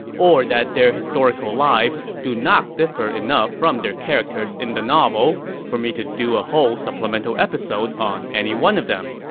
or their historical lives do not differ enough from their characters in the novel, for me to do a whole supplemental episode on any one of them.